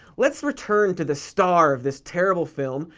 let's return to the star of this terrible film,